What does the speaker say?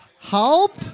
help